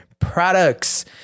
products